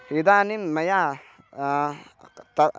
इदानीं मया तद्